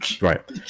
right